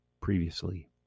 previously